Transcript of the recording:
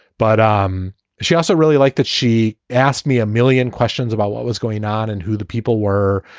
but um she also really liked it. she asked me a million questions about what was going on and who the people were.